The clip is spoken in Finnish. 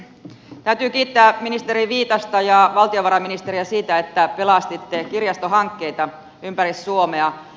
täytyy kiittää ministeri viitasta ja valtiovarainministeriä siitä että pelastitte kirjastohankkeita ympäri suomea